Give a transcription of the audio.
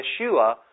Yeshua